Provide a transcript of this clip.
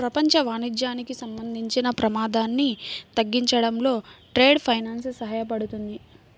ప్రపంచ వాణిజ్యానికి సంబంధించిన ప్రమాదాన్ని తగ్గించడంలో ట్రేడ్ ఫైనాన్స్ సహాయపడుతుంది